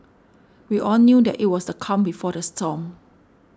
we all knew that it was the calm before the storm